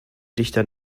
dichter